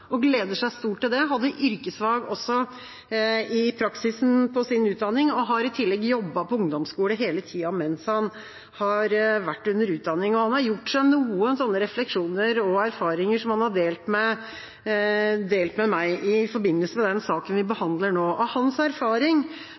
og gleder seg stort til det. Han hadde yrkesfag også i praksisen på sin utdanning og har i tillegg jobbet på ungdomsskole hele tida mens han har vært under utdanning. Han har gjort seg noen refleksjoner og erfaringer som han har delt med meg i forbindelse med den saken vi behandler nå, og hans erfaring